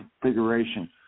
Configuration